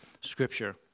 scripture